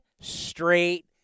straight